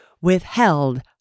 withheld